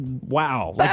Wow